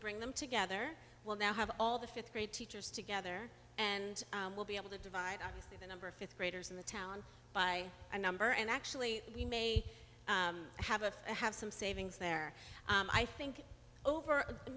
bring them together will now have all the fifth grade teachers together and will be able to divide obviously the number of fifth graders in the town by number and actually we may have a i have some savings there i think over the